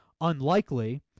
unlikely